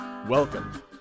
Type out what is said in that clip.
Welcome